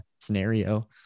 scenario